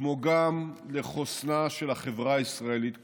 כמו גם לחוסנה של החברה הישראלית כולה.